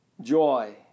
joy